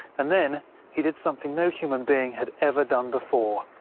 and then he did something no human being had ever done before.